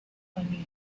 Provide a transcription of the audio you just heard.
money